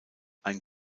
ein